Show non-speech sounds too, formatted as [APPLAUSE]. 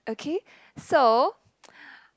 okay so [NOISE]